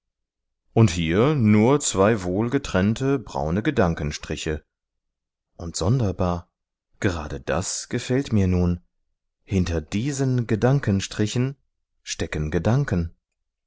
und hier nur zwei wohl getrennte braune gedankenstriche und sonderbar gerade das gefällt mir nun hinter diesen gedankenstrichen stecken gedanken